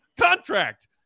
contract